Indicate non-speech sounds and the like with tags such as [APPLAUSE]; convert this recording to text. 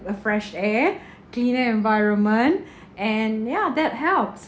the fresh air [BREATH] cleaner environment [BREATH] and yeah that helps